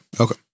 okay